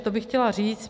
To bych chtěla říct.